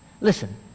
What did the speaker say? Listen